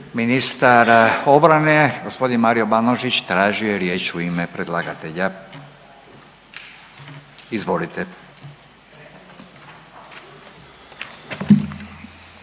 Ministar obrane g. Mario Banožić tražio je riječ u ime predlagatelja, izvolite.